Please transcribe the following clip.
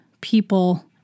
people